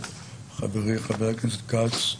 חברי חה"כ כץ,